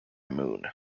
moon